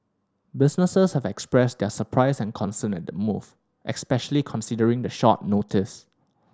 businesses have expressed their surprise and concern at the move especially considering the short notice